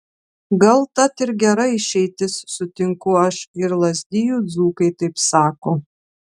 gal tat ir gera išeitis sutinku aš ir lazdijų dzūkai taip sako